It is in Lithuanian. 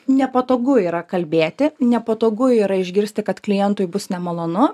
nepatogu yra kalbėti nepatogu yra išgirsti kad klientui bus nemalonu